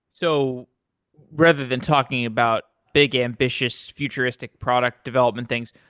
so rather than talking about big, ambitious, futuristic product development things,